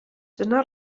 dyna